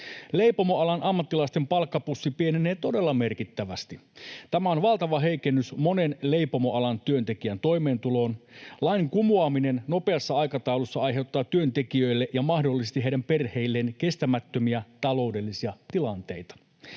Leipomoalan ammattilaisten palkkapussi pienenee todella merkittävästi. Tämä on valtava heikennys monen leipomoalan työntekijän toimeentuloon. Lain kumoaminen nopeassa aikataulussa aiheuttaa työntekijöille ja mahdollisesti heidän perheilleen kestämättömiä taloudellisia tilanteita.